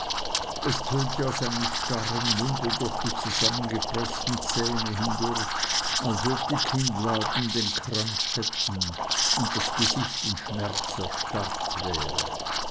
es tönte aus einem starren munde durch die zusammengepreßten zähne hindurch als ob die kinnladen den krampf hätten und das gesicht in schmerz erstarrt wäre